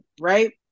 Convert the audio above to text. right